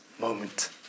moment